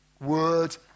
Word